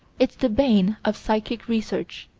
it's the bane of psychic research.